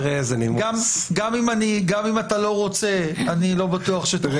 גם אם אתה לא רוצה, אני לא בטוח שתוכל לשלוט בזה.